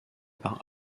par